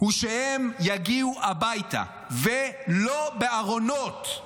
הוא שהם יגיעו הביתה ולא בארונות.